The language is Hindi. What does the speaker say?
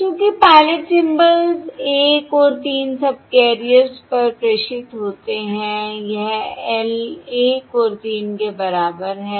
चूंकि पायलट सिंबल्स 1 और 3 सबकैरियर्स पर प्रेषित होते हैं यह l 1 और 3 के बराबर है